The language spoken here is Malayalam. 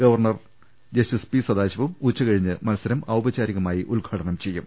ഗവർണർ ജസ്റ്റിസ് പി സദാശിവം ഉച്ചകഴിഞ്ഞ് മത്സരം ഔപചാരികമായി ഉദ്ഘാടനം ചെയ്യും